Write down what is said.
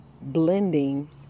blending